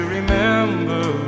Remember